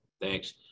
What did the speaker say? Thanks